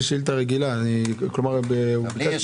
ננעלה